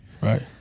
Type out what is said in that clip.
Right